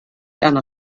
einer